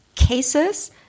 cases